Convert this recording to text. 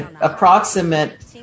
approximate